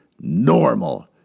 normal